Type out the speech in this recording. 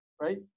Right